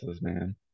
man